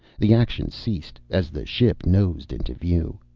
the action ceased, as the ship nosed into view.